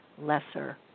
Lesser